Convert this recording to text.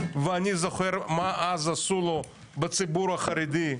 ואני זוכר מה אז עשו לו בציבור החרדי,